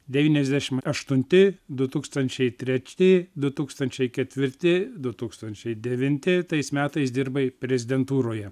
devyniasdešimt aštunti du tūkstančiai treti du tūkstančiai ketvirti du tūkstančiai devinti tais metais dirbai prezidentūroje